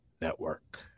Network